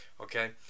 okay